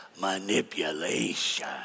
Manipulation